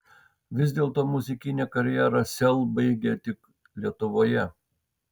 vis dėlto muzikinę karjerą sel baigia tik lietuvoje